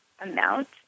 amount